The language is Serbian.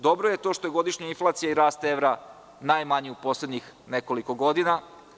Dobro je to što je godišnja inflacija i rast evra najmanja u poslednjih nekoliko godina.